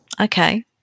Okay